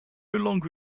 longer